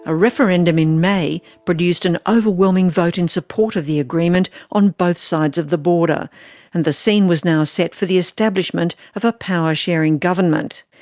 ah referendum in may produced an overwhelming vote in support of the agreement on both sides of the border and the scene was now set for the establishment of a power-sharing government.